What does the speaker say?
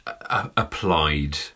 applied